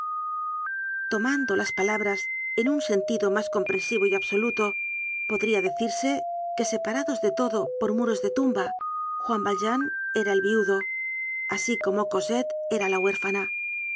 tomando las palabras en un sentido mas comprensivo y absoluto podria decirse que separados de todo por muros de tumba juan valjean era el viudo asi como cosetle era la huérfana